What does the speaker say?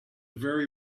very